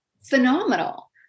phenomenal